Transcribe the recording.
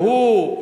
הוראה עוד מעט.